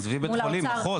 עזבי בית חולים מחוז.